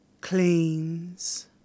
cleans